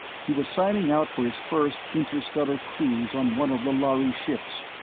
he was signing out for his first interstellar cruise on one of the lhari ships.